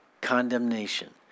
condemnation